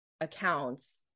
accounts